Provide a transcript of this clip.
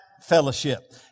fellowship